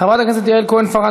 חבר הכנסת יהודה גליק,